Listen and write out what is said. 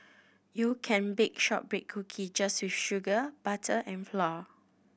you can bake shortbread cookie just with sugar butter and flour